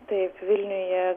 taip vilniuje